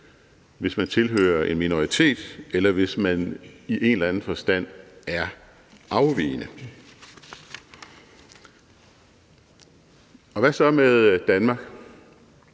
hvis man tilhører en minoritet, eller hvis man i en eller anden forstand er afvigende. Og hvad så med Danmark?